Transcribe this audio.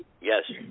Yes